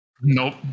Nope